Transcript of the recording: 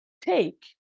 take